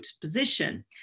position